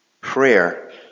Prayer